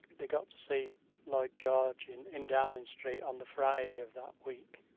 they got to see lloyd george in in downing street on the friday of that week.